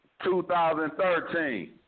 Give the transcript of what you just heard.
2013